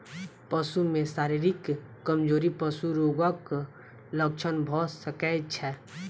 पशु में शारीरिक कमजोरी पशु रोगक लक्षण भ सकै छै